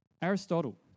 Aristotle